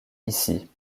ici